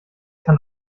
kann